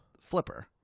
Flipper